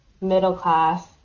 middle-class